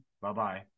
Bye-bye